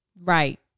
Right